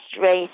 race